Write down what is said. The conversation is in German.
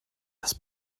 des